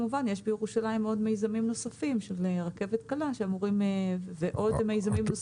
יש בירושלים עוד מיזמים נוספים של רכבת קלה ועוד מיזמים נוספים